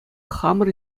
хамӑр